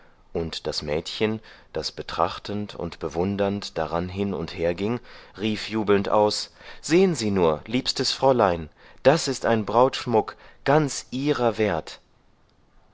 und das mädchen das betrachtend und bewundernd daran hin und her ging rief jubelnd aus sehen sie nur liebstes fräulein das ist ein brautschmuck ganz ihrer wert